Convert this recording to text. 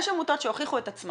יש עמותות שהוכיחו את עצמן,